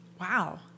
Wow